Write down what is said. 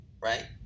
right